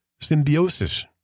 symbiosis